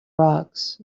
rocks